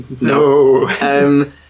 No